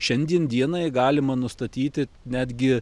šiandien dienai galima nustatyti netgi